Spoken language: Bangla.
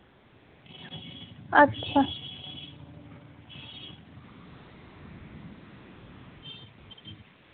আচ্ছা